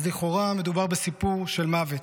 אז לכאורה מדובר בסיפור של מוות.